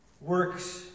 Works